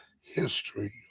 history